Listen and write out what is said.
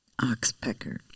Oxpecker